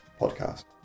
podcast